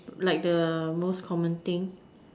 like the most common thing